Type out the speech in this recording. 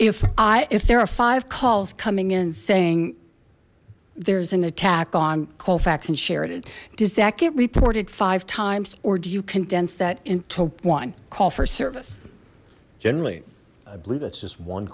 if i if there are five calls coming in saying there's an attack on colfax and sheridan does that get reported five times or do you condense that into one call for service generally i believe that's just one